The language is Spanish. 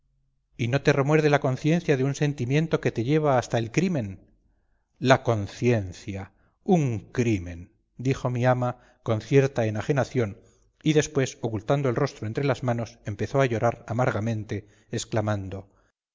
y no te remuerde la conciencia de un sentimiento que te lleva hasta el crimen la conciencia un crimen dijo mi ama con cierta enajenación y después ocultando el rostro entre las manos empezó a llorar amargamente exclamando